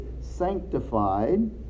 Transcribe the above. sanctified